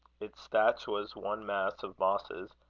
its thatch was one mass of mosses,